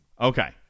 Okay